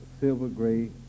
silver-gray